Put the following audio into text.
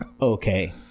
okay